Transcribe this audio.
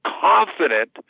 confident